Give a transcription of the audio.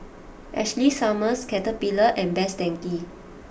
Ashley Summers Caterpillar and Best Denki